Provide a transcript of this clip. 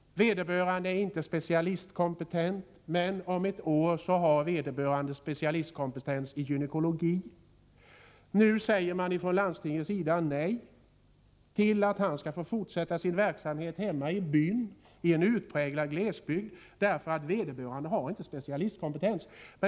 Vederbörande läkare är inte specialistkompetent. Men om ett år kommer han att ha specialistkompetens i gynekologi. Från landstingets sida säger man nej till fortsatt verksamhet hemma i byn, en utpräglad glesbygd, därför att läkaren inte har specialistkompetens.